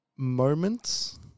moments